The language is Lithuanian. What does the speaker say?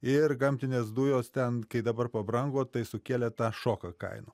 ir gamtinės dujos ten kai dabar pabrango tai sukėlė tą šoką kainų